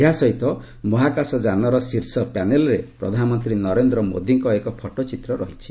ଏହାସହିତ ମହାକାଶ ଯାନର ଶୀର୍ଷ ପ୍ୟାନେଲରେ ପ୍ରଧାନମନ୍ତ୍ରୀ ନରେନ୍ଦ୍ର ମୋଦିଙ୍କ ଏକ ଫଟୋଚିତ୍ର ରହିଛି